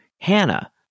Hannah